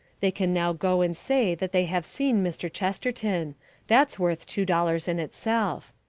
they can now go and say that they have seen mr. chesterton that's worth two dollars in itself.